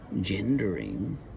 gendering